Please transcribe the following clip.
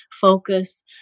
focus